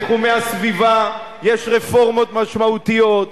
בתחומי הסביבה יש רפורמות משמעותיות,